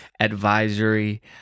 advisory